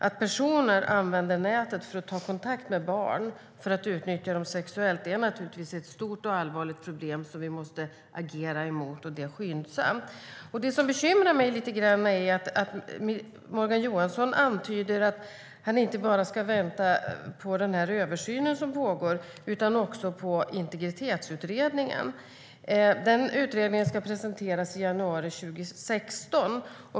Att personer använder nätet för att ta kontakt med barn och utnyttja dem sexuellt är naturligtvis ett stort och allvarligt problem som vi måste agera emot och det skyndsamt. Det som bekymrar mig lite är att Morgan Johansson antyder att han inte bara ska vänta på den översyn som pågår utan också på Integritetsutredningen. Den utredningen ska presenteras i januari 2016.